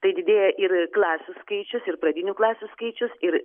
tai didėja ir klasių skaičius ir pradinių klasių skaičius ir